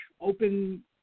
open